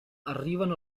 arrivano